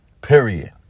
period